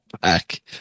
back